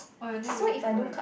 !wah! your nails looks good